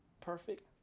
perfect